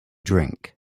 drink